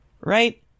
right